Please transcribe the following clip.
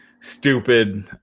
stupid